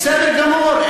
בסדר גמור,